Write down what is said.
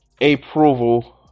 Approval